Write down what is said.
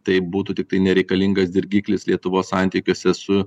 tai būtų tiktai nereikalingas dirgiklis lietuvos santykiuose su